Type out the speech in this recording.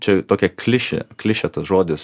čia tokia klišė klišė tas žodis